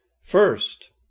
First